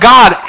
God